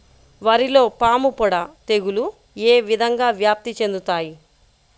వరిలో పాముపొడ తెగులు ఏ విధంగా వ్యాప్తి చెందుతాయి?